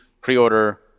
pre-order